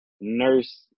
nurse –